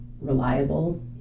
reliable